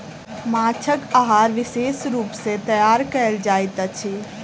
माँछक आहार विशेष रूप सॅ तैयार कयल जाइत अछि